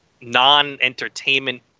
non-entertainment